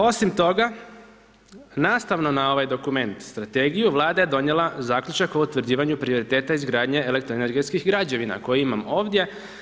Osim toga, nastavno na ovaj dokument, strategiju, Vlada je donijela zaključak o utvrđivanju prioriteta izgradnje elektroenergetskih građevina koje imam ovdje.